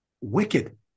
Wicked